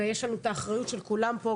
ויש לנו את האחריות של כולם פה,